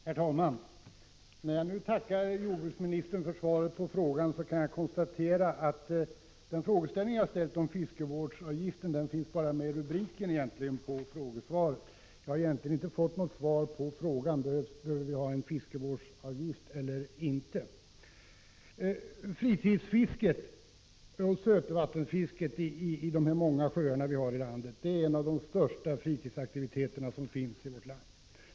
Herr talman! När jag nu tackar jordbruksministern för svaret kan jag konstatera att den fråga som jag har ställt om fiskevårdsavgiften egentligen bara finns med i rubriken på frågesvaret. Jag har egentligen inte fått svar på frågan om huruvida en fiskevårdsavgift behövs eller inte. Fritidsfisket i de många sjöar som vi har i vårt land är en av våra största fritidsaktiviteter.